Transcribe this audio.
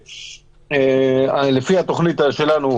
היגיון.